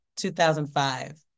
2005